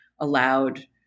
allowed